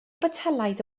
botelaid